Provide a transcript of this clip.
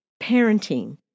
parenting